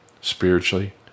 spiritually